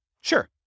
Sure